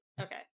Okay